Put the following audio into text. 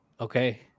okay